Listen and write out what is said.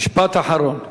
משפט אחרון.